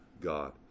God